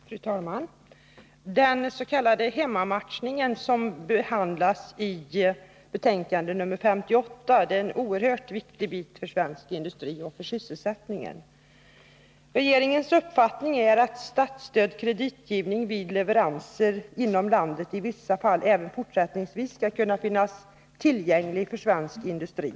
Fru talman! Den s.k. hemmamatchningen, som behandlas i betänkande nr 58, är en oerhört viktig bit för svensk industri och för sysselsättningen. Regeringens uppfattning är att statsstödd kreditgivning vid leveranser inom landet i vissa fall även fortsättningsvis skall finnas tillgänglig för svensk industri.